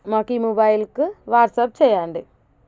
మాకు ఈ మొబైల్కు వాట్సాప్ చెయ్యండి